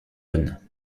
bonnes